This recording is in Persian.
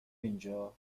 اینجا